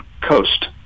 coast